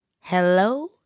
Hello